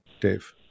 Dave